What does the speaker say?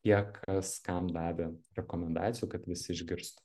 kiek kas kam davė rekomendacijų kad visi išgirstų